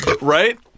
Right